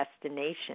destination